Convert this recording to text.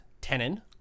tenon